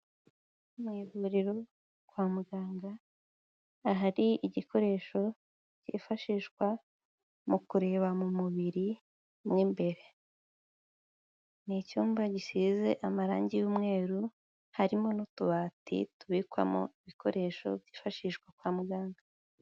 Ni ivuriro kwa muganga, ahari igikoresho cyifashishwa mu kureba mu mubiri mo imbere. Ni icyumba gisize amarangi y'umweru, harimo n'utubati tubikwamo ibikoresho byifashishwa kwa muganga.